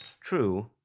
True